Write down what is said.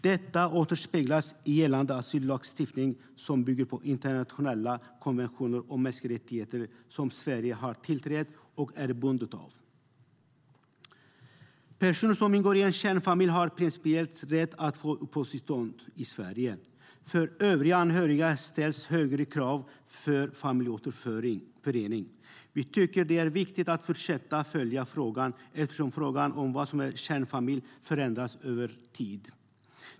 Detta återspeglas i gällande asyllagstiftning, som bygger på internationella konventioner om mänskliga rättigheter som Sverige har tillträtt och är bundet av. Personer som ingår i en kärnfamilj har en principiell rätt att få uppehållstillstånd i Sverige. För övriga anhöriga ställs högre krav för familjeåterförening. Vi tycker att det är viktigt att fortsätta att följa frågan eftersom frågan om vad som är en kärnfamilj förändras över tid.